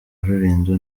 rulindo